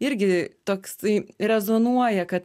irgi toksai rezonuoja kad